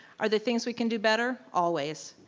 are there things we can do better? always.